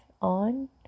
on